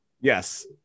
Yes